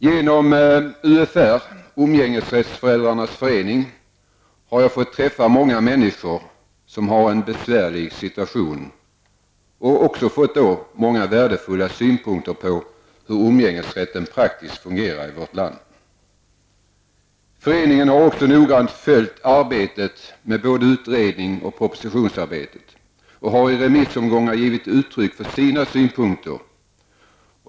Genom UFR, Umgängesrätts-Föräldrarnas förening, har jag fått träffa många människor som har denna besvärliga situation, och jag har också fått många värdefulla synpunkter på hur umgängesrätten praktiskt fungerar i vårt land. Föreningen har också noggrant följt både utredningsarbetet och propositionsarbetet, och man har i remissomgångar gett uttryck för sina synpunkter.